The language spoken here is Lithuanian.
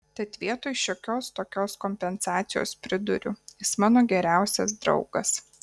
tad vietoj šiokios tokios kompensacijos priduriu jis mano geriausias draugas